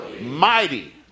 mighty